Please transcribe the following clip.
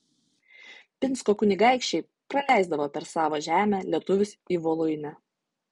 pinsko kunigaikščiai praleisdavo per savo žemę lietuvius į voluinę